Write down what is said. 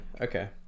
okay